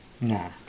Nah